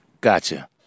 Gotcha